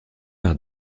par